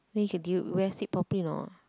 then you can deal wear sit properly or not